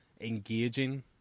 engaging